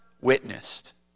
witnessed